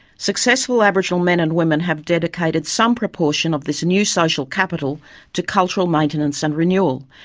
successful aboriginal men and women have dedicated some proportion of this new social capital to cultural maintenance and renewal,